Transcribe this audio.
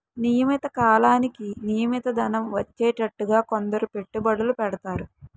నియమిత కాలానికి నియమిత ధనం వచ్చేటట్టుగా కొందరు పెట్టుబడులు పెడతారు